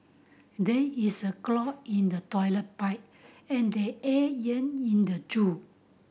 there is a clog in the toilet pipe and the air in the zoo